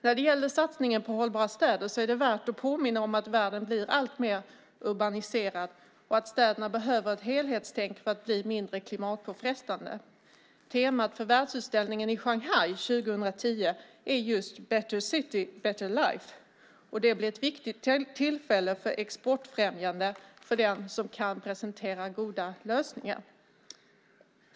När det gäller satsningen på hållbara städer är det värt att påminna om att världen blir alltmer urbaniserad och att städerna behöver ett helhetstänk för att bli mindre klimatpåfrestande. Temat för världsutställningen i Shanghai år 2010 är just Better City, Better Life . Det blir ett viktigt tillfälle för exportfrämjande för den som kan presentera goda lösningar.